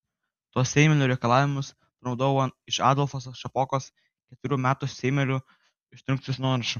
tuos seimelių reikalavimus panaudojau iš adolfo šapokos ketverių metų seimelių instrukcijų nuorašų